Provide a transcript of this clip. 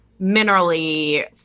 minerally